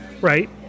Right